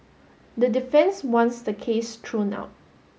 the defence wants the case thrown out